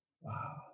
Wow